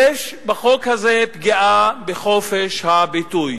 יש בחוק הזה פגיעה בחופש הביטוי.